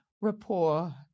rapport